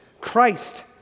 Christ